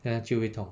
then 它就会痛